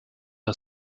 der